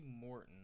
Morton